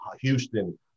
Houston